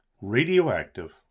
Radioactive